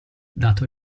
dato